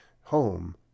home